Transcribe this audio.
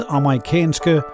amerikanske